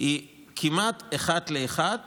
היא כמעט אחד לאחד